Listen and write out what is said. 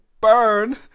burn